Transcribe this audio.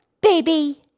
baby